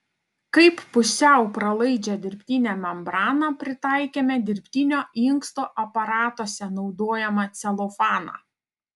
kaip pusiau pralaidžią dirbtinę membraną pritaikėme dirbtinio inksto aparatuose naudojamą celofaną